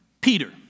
Peter